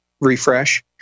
refresh